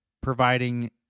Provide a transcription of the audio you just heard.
providing